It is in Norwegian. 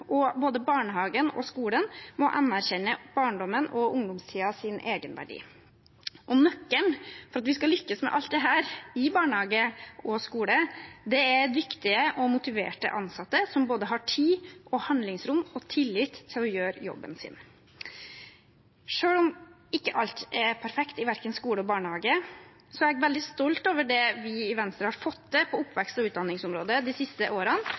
Både barnehagen og skolen må anerkjenne barndommens og ungdomstidens egenverdi. Nøkkelen til at vi skal lykkes med alt dette i barnehage og skole, er dyktige og motiverte ansatte som både har tid, handlingsrom og tillit til å gjøre jobben sin. Selv om ikke alt er perfekt i verken skole eller barnehage, er jeg veldig stolt over det vi i Venstre har fått til på oppvekst- og utdanningsområdet de siste årene,